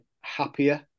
happier